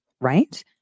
Right